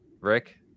Rick